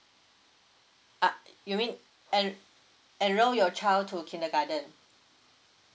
uh you mean en~ enroll your child to kindergarten